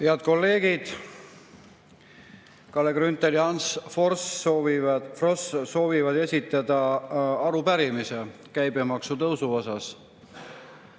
Head kolleegid! Kalle Grünthal ja Ants Frosch soovivad esitada arupärimise käibemaksu tõusu kohta.